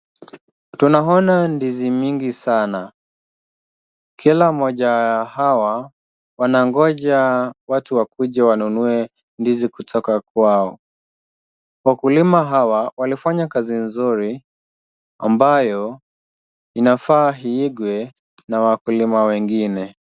Tunaona ndizi mingi sana. Kila mmoja wa hawa wanangoja watu wakuje wanunue ndizi kutoka kwao. Wakulima hawa walifanya kazi nzuri, ambayo inafaa iigwe na wakulima wengine.